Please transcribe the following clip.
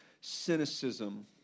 cynicism